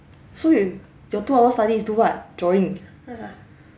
so you your two hours study is do what drawing